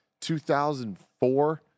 2004